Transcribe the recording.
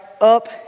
up